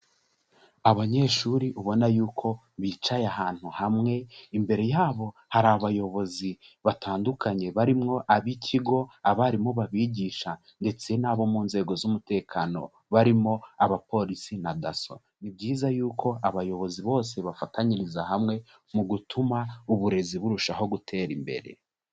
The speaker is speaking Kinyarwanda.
Abanyeshuri ubona yuko bicaye ahantu hamwe, imbere yabo hari abayobozi batandukanye barimwo ab'ikigo, abarimu babigisha ndetse n'abo mu nzego z'umutekano barimo abapolisi na daso. Ni byiza yuko abayobozi bose bafatanyiriza hamwe mu gutuma uburezi burushaho gutera imbere.